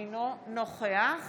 אינו נוכח